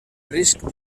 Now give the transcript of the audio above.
risc